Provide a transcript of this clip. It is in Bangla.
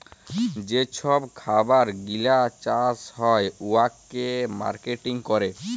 যে ছব খাবার গিলা চাষ হ্যয় উয়াকে মার্কেটিং ক্যরে